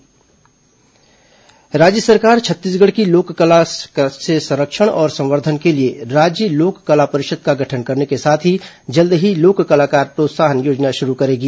लोक कला परिषद राज्य सरकार छत्तीसगढ़ की लोक कलाओं के संरक्षण और संवर्द्वन के लिए राज्य लोक कला परिषद का गठन करने के साथ ही जल्द ही लोक कलाकार प्रोत्साहन योजना शुरू करेगी